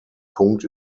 punkt